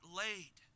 laid